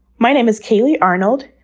my name is kaylee arnold.